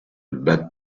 bad